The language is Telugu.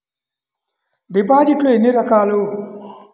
డిపాజిట్లు ఎన్ని రకాలు?